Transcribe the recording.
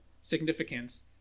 significance